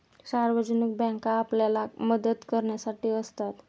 सार्वजनिक बँका आपल्याला मदत करण्यासाठी असतात